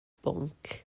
bwnc